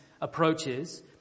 approaches